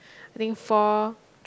I think four